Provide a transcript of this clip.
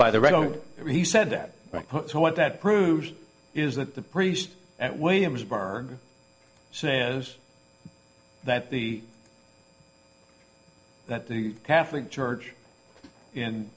by the reading he said so what that proves is that the priest at williamsburg say is that the that the catholic church in